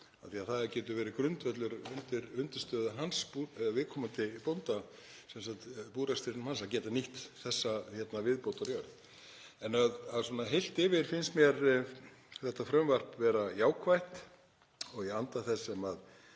af því að það getur verið grundvöllur viðkomandi bónda fyrir búrekstri hans að geta nýtt þessa viðbótarjörð. Svona heilt yfir finnst mér þetta frumvarp vera jákvætt og í anda þess sem ég